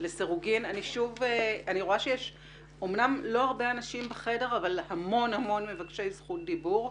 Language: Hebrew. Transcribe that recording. אני רואה שאמנם לא הרבה אנשים בחדר אבל יש המון מבקשי זכות דיבור.